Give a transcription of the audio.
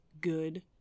good